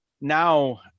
now